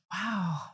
wow